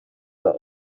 are